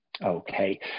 Okay